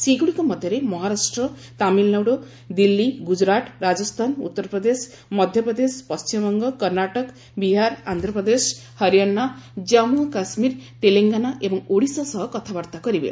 ସେଗୁଡ଼ିକ ମଧ୍ୟରେ ମହାରାଷ୍ଟ୍ର ତାମିଲନାଡୁ ଦିଲ୍ଲୀ ଗୁଜ୍ଜୁରାଟ ରାଜସ୍ତାନ ଉତ୍ତରପ୍ରଦେଶ ମଧ୍ୟପ୍ରଦେଶ ପଶ୍ଚିମବଙ୍ଗ କର୍ଷ୍ଣାଟକ ବିହାର ଆନ୍ଧ୍ରପ୍ରଦେଶ ହରିୟାନା ଜାମ୍ମୁ ଓ କାଶ୍ମୀର ତେଲେଙ୍ଗାନା ଏବଂ ଓଡ଼ିଶା ସହ କଥାବାର୍ତ୍ତା କରିବେ